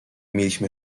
mieliśmy